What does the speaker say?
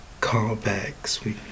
callbacks